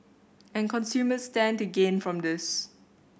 and consumers stand to gain from this